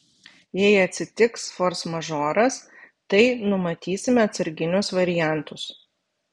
jei atsitiks forsmažoras tai numatysime atsarginius variantus